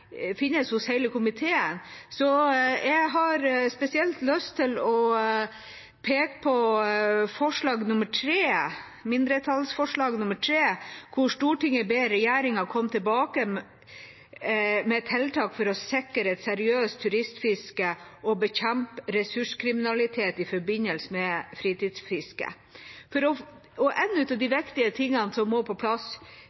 hos hele komiteen, så jeg har spesielt lyst til å peke på mindretallsforslag nr. 3: «Stortinget ber regjeringen komme tilbake med en egen sak med tiltak for å sikre et seriøst turistfiske og å bekjempe ressurskriminalitet i forbindelse med fritidsfiske.» En av de viktige tingene som må på plass, er å få en godkjenningsordning for havfisketurisme, for å